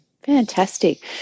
Fantastic